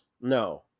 No